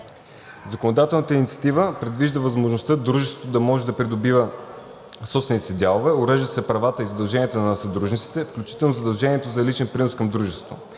Законодателната инициатива предвижда възможността дружеството да може да придобива собствените си дялове. Уреждат се правата и задълженията на съдружниците, включително задължението за личен принос към дружеството,